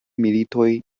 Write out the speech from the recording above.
militoj